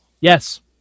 Yes